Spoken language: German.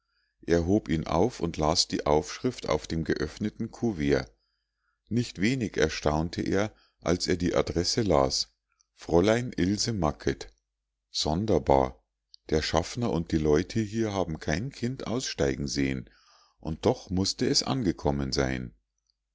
er hob ihn auf und las die aufschrift auf dem geöffneten kouvert nicht wenig erstaunte er als er die adresse las fräulein ilse macket sonderbar der schaffner und die leute hier haben kein kind aussteigen sehen und doch muß es angekommen sein